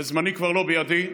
וזמני כבר לא בידי.